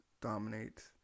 dominate